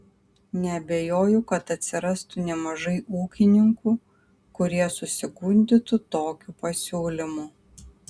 neabejoju kad atsirastų nemažai ūkininkų kurie susigundytų tokiu pasiūlymu